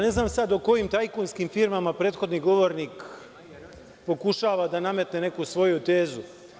Ne znam sada o kojim tajkunskim firmama prethodni govornik pokušava da nametne neku svoju tezu.